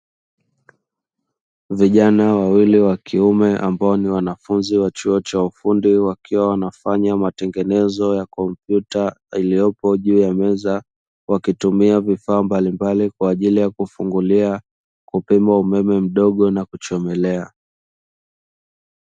Vijana wawili wa kiume ambao ni wanafunzi wa chuo cha ufundi wakiwa wanafanya matengenezo ya kompyuta iliyopo juu ya meza wakitumia vifaa mbalimbali kwa ajili ya kufungulia, kupima umeme mdogo na kuchomelea.